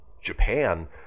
Japan